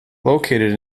located